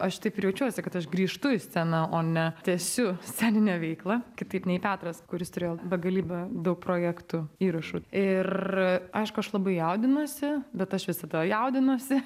aš taip ir jaučiuosi kad aš grįžtu į sceną o ne tęsiu sceninę veiklą kitaip nei petras kuris turėjo begalybę daug projektų įrašų ir aišku aš labai jaudinuosi bet aš visada jaudinuosi